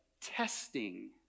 Testing